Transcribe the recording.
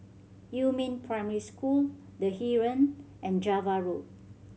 Yumin Primary School The Heeren and Java Road